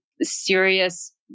serious